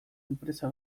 enpresa